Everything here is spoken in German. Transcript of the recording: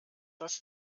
das